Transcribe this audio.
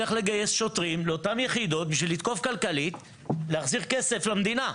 לאותן יחידות כדי לתקוף כלכלית ולהחזיר כסף למדינה,